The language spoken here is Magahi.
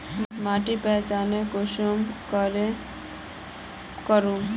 माटिर पहचान कुंसम करे करूम?